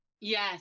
yes